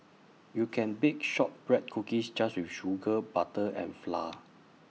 you can bake Shortbread Cookies just with sugar butter and flour